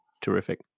terrific